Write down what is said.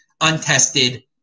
untested